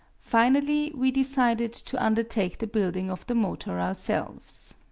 finally we decided to undertake the building of the motor ourselves.